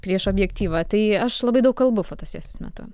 prieš objektyvą tai aš labai daug kalbu fotosesijos metu